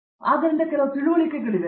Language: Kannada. ಅರಂದಾಮ ಸಿಂಗ್ ಆದ್ದರಿಂದ ಕೆಲವು ತಿಳುವಳಿಕೆಗಳಿವೆ